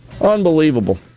Unbelievable